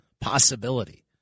Possibility